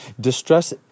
Distress